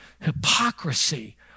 hypocrisy